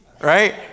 right